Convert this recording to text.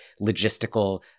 logistical